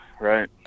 Right